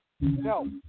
No